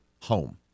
home